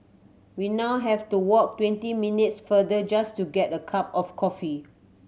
we now have to walk twenty minutes farther just to get a cup of coffee